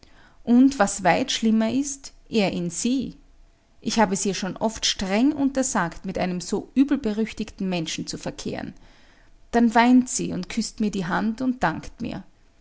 und was weit schlimmer ist er in sie ich hab es ihr oft schon streng untersagt mit einem so übelberüchtigten menschen zu verkehren dann weint sie und küßt mir die hand und dankt mir